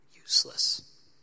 useless